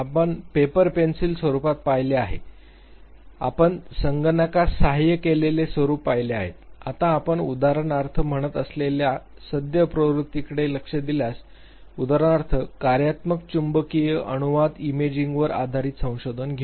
आम्ही paper pencil स्वरुपात पाहिले आहे आम्ही संगणकास सहाय्य केलेले स्वरूप पाहिले आहेत आता आपण उदाहरणार्थ म्हणत असलेल्या सद्य प्रवृत्तीकडे लक्ष दिल्यास उदाहरणार्थ कार्यात्मक चुंबकीय अनुनाद इमेजिंगवर आधारित संशोधन घेऊ